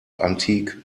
antique